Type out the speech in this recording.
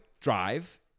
drive